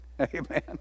Amen